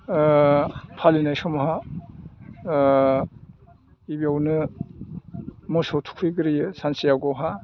फालिनाय समाव गिबियावनो मोसौ थुखैग्रोयो सानसे आवगायहा